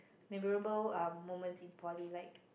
memorable uh moments in poly like